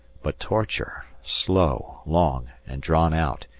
but torture, slow, long and drawn-out,